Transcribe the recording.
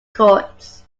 courts